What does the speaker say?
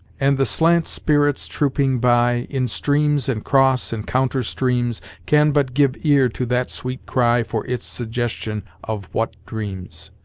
and the slant spirits trooping by in streams and cross and counter-streams can but give ear to that sweet cry for its suggestion of what dreams!